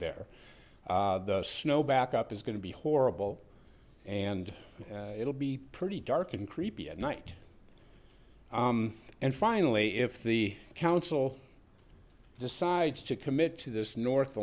there the snow back up is going to be horrible and it'll be pretty dark and creepy at night and finally if the council decides to commit to this north